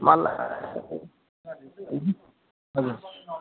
मलाई हजुर